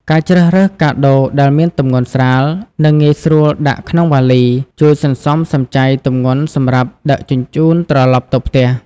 ការជ្រើសរើសកាដូដែលមានទម្ងន់ស្រាល និងងាយស្រួលដាក់ក្នុងវ៉ាលី ជួយសន្សំសំចៃទម្ងន់សម្រាប់ដឹកជញ្ជូនត្រឡប់ទៅផ្ទះ។